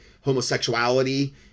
homosexuality